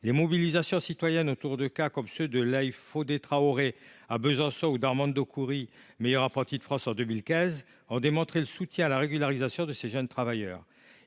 les mobilisations citoyennes autour de cas comme ceux de Laye Fodé Traoré à Besançon ou d’Armando Curri, meilleur apprenti de France en 2015, ont démontré le soutien à la régularisation de ces jeunes travailleurs.